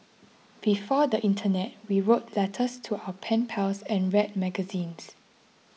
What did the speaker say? before the internet we wrote letters to our pen pals and read magazines